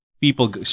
People